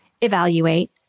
evaluate